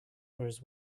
whereas